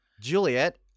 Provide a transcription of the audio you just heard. Juliet